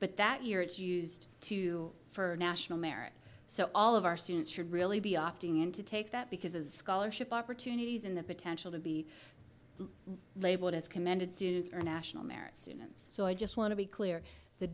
but that year it's used to for national merit so all of our students should really be opting in to take that because of the scholarship opportunities in the potential to be labeled as commanded students are national merit students so i just want to be clear the